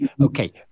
Okay